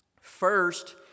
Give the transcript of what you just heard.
First